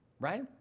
Right